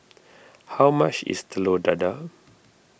how much is Telur Dadah